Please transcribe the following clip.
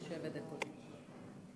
שבע דקות.